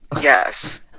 yes